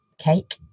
cake